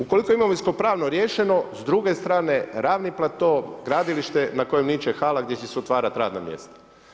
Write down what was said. Ukoliko je imovinsko pravno riješeno, s druge strane, ravni plato, gradilište na koje niče hala gdje će se otvarati radna mjesta.